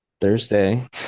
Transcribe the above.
Thursday